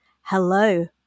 Hello